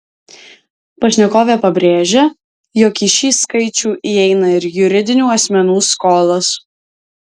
pašnekovė pabrėžia jog į šį skaičių įeina ir juridinių asmenų skolos